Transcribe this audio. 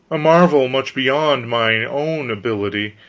a marvel much beyond mine own ability,